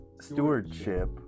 stewardship